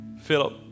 Philip